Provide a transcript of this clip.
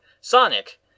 Sonic